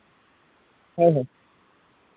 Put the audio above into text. ᱦᱮᱸ ᱦᱮᱸ